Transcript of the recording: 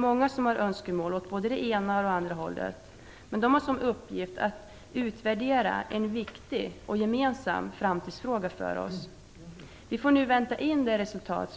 Många har önskemål, både i den ena och den andra riktningen. Kommissionen har i uppgift att utvärdera en framtidsfråga som är viktig och gemensam för oss. Vi får nu vänta in kommissionens resultat